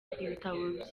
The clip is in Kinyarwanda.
ibitabo